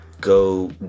go